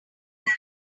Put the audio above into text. than